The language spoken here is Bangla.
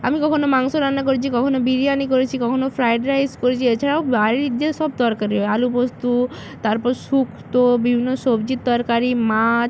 আমি কখনও মাংস রান্না করেছি কখনও বিরিয়ানি করেছি কখনও ফ্রায়েড রাইস করেছি এছাড়াও বাড়ির যেসব তরকারি হয় আলু পোস্তু তারপর সুক্তো বিভিন্ন সবজির তরকারি মাছ